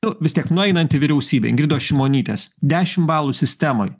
nu vis tiek nueinanti vyriausybė ingridos šimonytės dešimt balų sistemoj